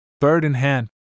bird-in-hand